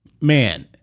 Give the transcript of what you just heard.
man